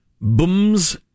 booms